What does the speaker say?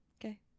Okay